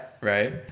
right